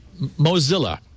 Mozilla